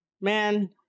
man